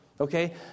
Okay